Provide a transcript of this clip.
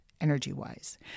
energy-wise